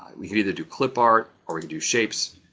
we can either do clip art, or we can do shapes.